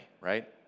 right